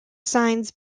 signs